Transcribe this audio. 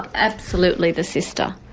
absolutely the sister.